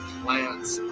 plants